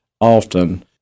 often